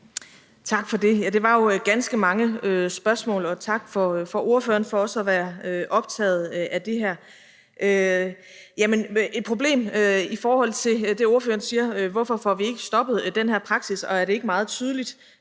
Tak for det. Det var jo ganske mange spørgsmål og tak til ordføreren for også at være optaget af det her. Et problem i forhold til det, ordføreren siger, om, hvorfor vi ikke får stoppet den her praksis, og om det ikke er meget tydeligt,